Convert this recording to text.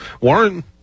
Warren